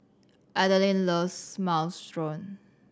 Adaline loves Minestrone